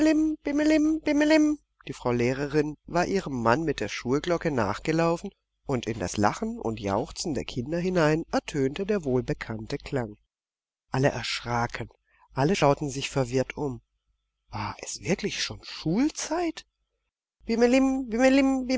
die frau lehrerin war ihrem mann mit der schulglocke nachgelaufen und in das lachen und jauchzen der kinder hinein ertönte der wohlbekannte klang alle erschraken alle schauten sich verwirrt um war es wirklich schon schulzeit